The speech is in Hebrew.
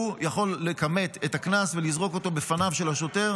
הוא יכול לקמט את הקנס ולזרוק אותו בפניו של השוטר.